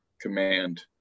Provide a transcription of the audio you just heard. command